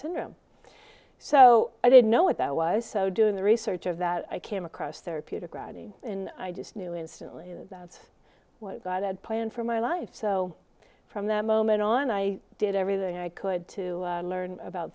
syndrome so i didn't know what that was so doing the research of that i came across there peter grabbing in i just knew instantly that's what god had planned for my life so from that moment on i did everything i could to learn about